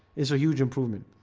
it's a huge improvement